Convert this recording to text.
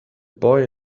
boy